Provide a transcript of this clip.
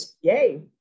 yay